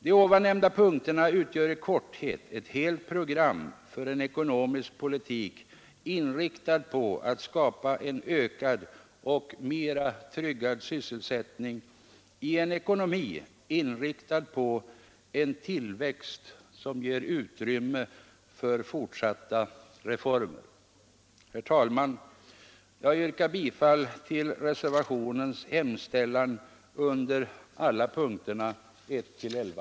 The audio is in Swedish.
De nämnda punkterna utgör i korthet ett helt program för en ekonomisk politik, som siktar till att skapa en ökad och mer tryggad sysselsättning i en ekonomi inriktad på en tillväxt som ger utrymme för fortsatta reformer. Herr talman! Jag yrkar bifall till reservationens hemställan under punkterna 1—11.